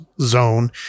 zone